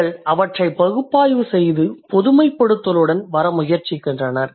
அவர்கள் அவற்றைப் பகுப்பாய்வு செய்து பொதுமைப்படுத்தலுடன் வர முயற்சிக்கின்றனர்